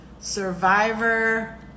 Survivor